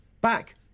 back